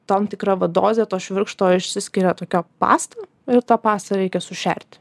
tam tikra va dozė to švirkšto išsiskiria tokia pasta ir tą pastą reikia sušerti